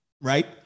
right